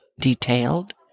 detailed